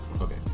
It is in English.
okay